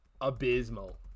abysmal